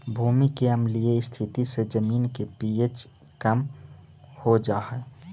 भूमि के अम्लीय स्थिति से जमीन के पी.एच कम हो जा हई